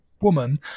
woman